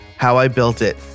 howibuiltit